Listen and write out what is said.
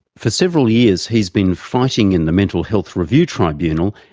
for several years he's been fighting in the mental health review tribunal,